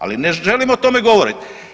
Ali ne želim o tome govoriti.